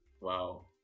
Wow